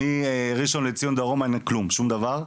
ומראשון לציון דרומה אין כלום, שום דבר.